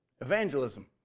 Evangelism